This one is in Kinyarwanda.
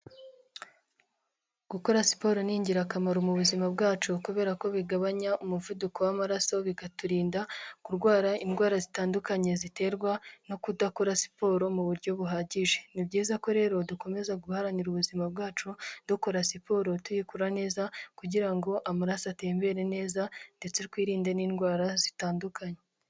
Gukora siporo ni ingirakamaro mu buzima bwacu kubera ko bigabanya umuvuduko w'amaraso bikaturinda kurwara indwara zitandukanye ziterwa no kudakora siporo mu buryo buhagije. Ni byiza ko rero dukomeza guharanira ubuzima bwacu dukora siporo tuyikora neza kugira ngo amaraso atembere neza ndetse twirinde n'indwara zitandukanye.